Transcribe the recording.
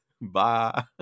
Bye